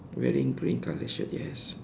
wearing green colour shirt yes